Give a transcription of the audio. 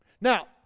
Now